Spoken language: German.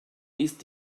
ist